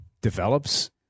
develops